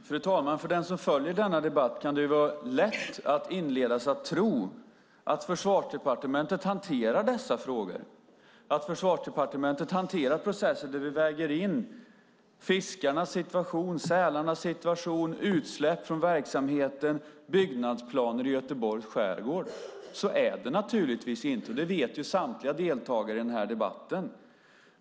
Fru talman! För den som följer denna debatt kan det vara lätt att inledas att tro att Försvarsdepartementet hanterar dessa frågor, att Försvarsdepartementet hanterar processen där vi väger in fiskarnas situation, sälarnas situation, utsläpp från verksamheten och byggnadsplaner i Göteborgs skärgård. Så är det naturligtvis inte. Det vet ju samtliga deltagare i den här debatten.